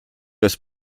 des